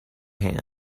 hands